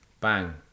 bang